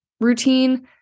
routine